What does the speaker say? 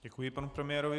Děkuji panu premiérovi.